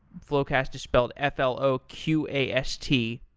floqast is spelled f l o q a s t,